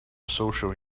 social